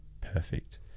perfect